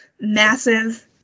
massive